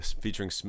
featuring